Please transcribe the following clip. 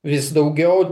vis daugiau